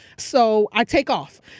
so i take off.